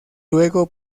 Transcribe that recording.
luego